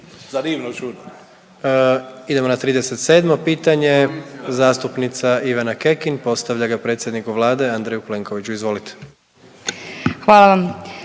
Gordan (HDZ)** Idemo na 37. pitanje zastupnica Ivana Kekin postavlja ga predsjedniku Vlade Andreju Plenkoviću. Izvolite. **Kekin,